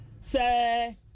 say